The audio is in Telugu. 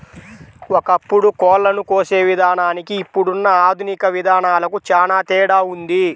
ఒకప్పుడు కోళ్ళను కోసే విధానానికి ఇప్పుడున్న ఆధునిక విధానాలకు చానా తేడా ఉంది